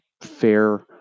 fair